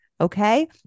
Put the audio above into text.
Okay